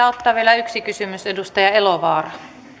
ottaa vielä yhden kysymyksen edustaja elovaara arvoisa